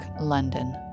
London